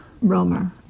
Romer